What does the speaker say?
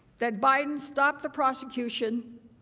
that biden stop the prosecution,